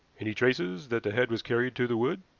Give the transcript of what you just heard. any traces that the head was carried to the wood?